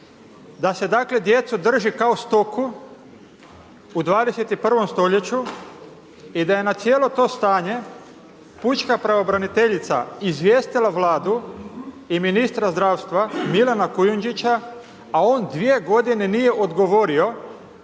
da se dakle djecu drži kao stoku u 21. stoljeću i da je na cijelo to stanje pučka pravobraniteljica izvijestila Vladu i ministra zdravstva Milana Kujundžića a on 2 g. nije odgovorio